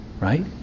Right